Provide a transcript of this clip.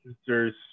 sister's